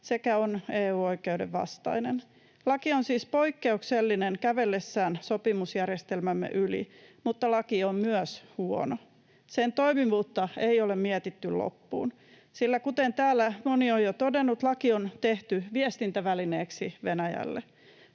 sekä on EU-oikeuden vastainen. Laki on siis poikkeuksellinen kävellessään sopimusjärjestelmämme yli, mutta laki on myös huono. Sen toimivuutta ei ole mietitty loppuun, sillä kuten täällä moni on jo todennut, laki on tehty viestintävälineeksi Venäjälle.